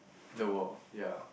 the world ya